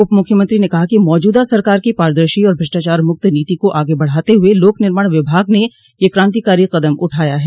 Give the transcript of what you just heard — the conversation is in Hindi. उप मुख्यमंत्री ने कहा कि मौजूदा सरकार की पारदर्शी और भ्रष्टाचार मुक्त नीति को आगे बढ़ाते हुए लोक निर्माण विभाग ने यह क्रांतिकारी कदम उठाया है